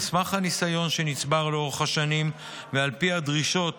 על סמך הניסיון שנצבר לאורך השנים ועל פי הדרישות